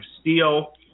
Steel